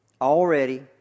Already